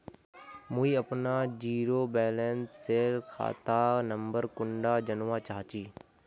मुई अपना zero balance सेल खाता नंबर कुंडा जानवा चाहची?